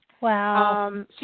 Wow